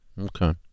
Okay